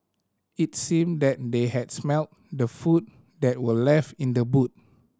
it seemed that they had smelt the food that were left in the boot